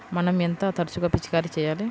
మనం ఎంత తరచుగా పిచికారీ చేయాలి?